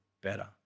better